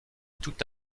toute